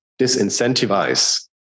disincentivize